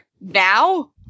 now